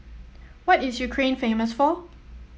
what is Ukraine famous for